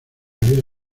había